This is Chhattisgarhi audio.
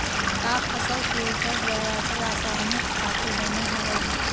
का फसल के उपज बर रासायनिक खातु बने हवय?